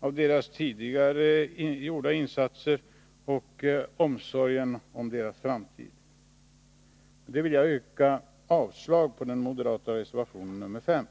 av deras tidigare gjorda insatser och för omsorgen om deras framtid. Jag yrkar avslag på den moderata reservationen nr 5.